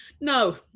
No